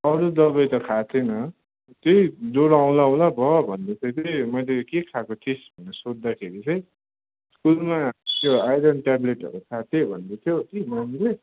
अरू दवाई त खाएको छैन त्यहीँ ज्वरो आउँला आउँला भयो भन्दै थियो कि मैले के खाएको थिइस् भनेर सोध्दाखेरि चाहिँ स्कुलमा त्यो आइरन ट्याब्लेटहरू खाएको थिए भन्दै थियो कि नानीले